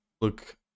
look